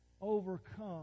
overcome